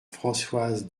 françoise